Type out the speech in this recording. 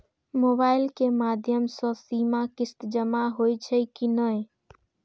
Mobile के माध्यम से सीमा किस्त जमा होई छै कि नहिं?